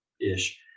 Ish